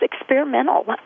experimental